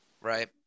right